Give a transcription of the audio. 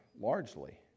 largely